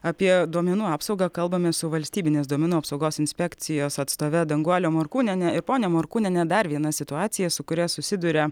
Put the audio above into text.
apie duomenų apsaugą kalbamės su valstybinės duomenų apsaugos inspekcijos atstove danguolė morkūnienė ir ponia morkūniene dar viena situacija su kuria susiduria